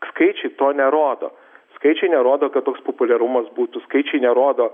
skaičiai to nerodo skaičiai nerodo kad toks populiarumas būtų skaičiai nerodo